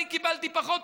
אני קיבלתי פחות.